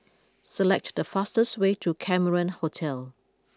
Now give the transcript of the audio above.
select the fastest way to Cameron Hotel